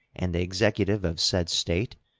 and the executive of said state,